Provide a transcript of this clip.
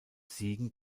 siegen